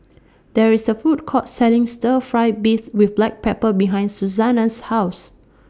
There IS A Food Court Selling Stir Fry Beef with Black Pepper behind Susana's House